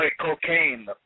Cocaine